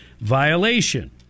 violation